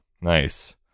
nice